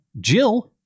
Jill